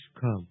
come